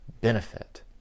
benefit